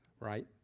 right